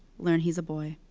learn he's a boy.